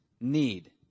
need